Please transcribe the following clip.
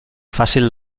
fàcil